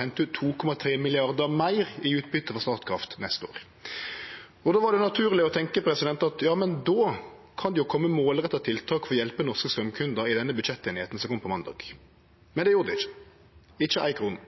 hente 2,3 mrd. kr meir i utbyte frå Statkraft neste år. Då var det naturleg å tenke at jammen då kan det jo kome målretta tiltak for å hjelpe norske straumkundar i den budsjetteinigheita som kom på måndag. Men det gjorde det ikkje – ikkje ei krone.